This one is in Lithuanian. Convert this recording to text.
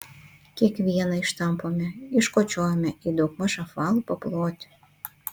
kiekvieną ištampome iškočiojame į daugmaž apvalų paplotį